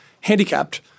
handicapped—